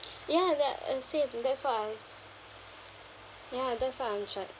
ya that uh same that's what I ya that's what I'm share